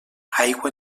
aigua